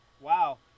wow